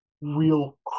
real